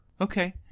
Okay